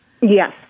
Yes